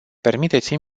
permiteți